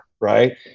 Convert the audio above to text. right